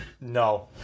no